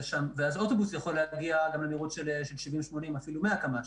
ואז אוטובוס היה יכול להגיע למהירות גם של 80-70 ואפילו 100 קמ"ש.